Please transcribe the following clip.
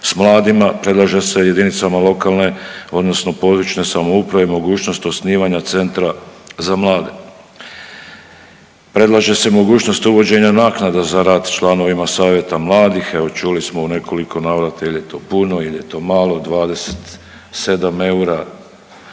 sa mladima predlaže se jedinicama lokalne, odnosno područne samouprave mogućnost osnivanja centra za mlade. Predlaže se mogućnost uvođenja naknada za rad članovima Savjeta mladih. Evo čuli smo u nekoliko navrata je li to puno, je li to malo 27 eura